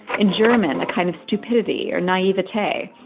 in german, a kind of stupidity or naivete.